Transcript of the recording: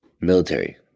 military